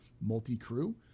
multi-crew